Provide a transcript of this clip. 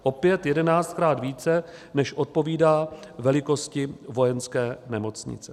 Opět, jedenáctkrát více, než odpovídá velikosti Vojenské nemocnice.